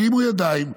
הרימו ידיים,